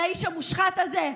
לאיש המושחת הזה?